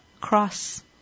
cross